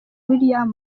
william